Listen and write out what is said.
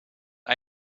het